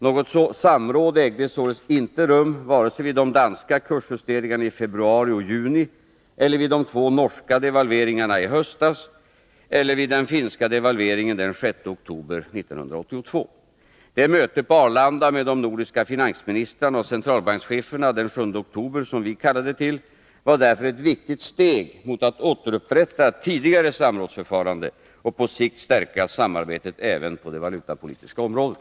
Något samråd ägde således inte rum vare sig vid de danska kursjusteringarna i februari och juni eller vid de två norska devalveringarna i höst eller vid den finska devalveringen den 6 oktober 1982. Det möte på Arlanda med de nordiska finansministrarna och centralbankscheferna den 7 oktober som vi kallade till var därför ett viktigt steg mot att återupprätta tidigare samrådsförfarande och på sikt stärka samarbetet även på det valutapolitiska området.